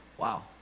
Wow